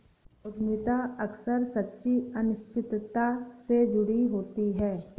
उद्यमिता अक्सर सच्ची अनिश्चितता से जुड़ी होती है